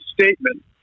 statement